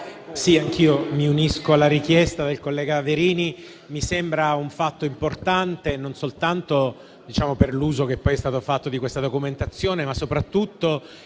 anch'io mi unisco alla richiesta del collega Verini. Mi sembra un fatto importante, non soltanto per l'uso che poi è stato fatto di questa documentazione, ma soprattutto